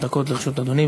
חמש דקות לרשות אדוני.